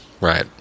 Right